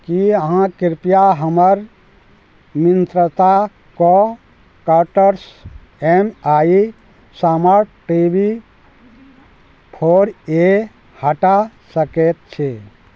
की अहाँ कृपया हमर मिन्त्राके कार्टसँ M I smart T V four A हटा सकैत छी